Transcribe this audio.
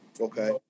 Okay